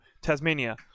tasmania